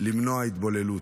למנוע התבוללות.